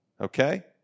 Okay